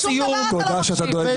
לשום דבר אתה לא מקשיב.